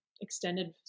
extended